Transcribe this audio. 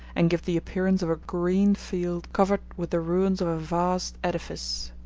and give the appearance of a green field covered with the ruins of a vast edifice.